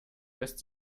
lässt